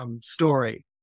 story